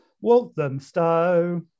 Walthamstow